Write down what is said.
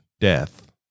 death